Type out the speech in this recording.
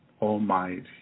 almighty